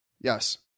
Yes